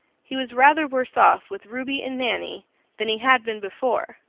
he was rather worse off with ruby and nanny than he had been before,